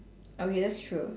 okay that's true